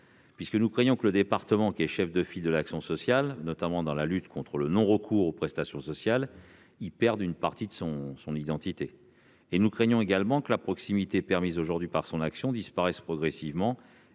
Nous craignons en effet que le département, qui est chef de file de l'action sociale, notamment dans la lutte contre le non-recours aux prestations sociales, n'y perde une partie de son identité. Nous craignons également que la proximité permise aujourd'hui par son action ne disparaisse progressivement